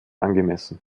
angemessen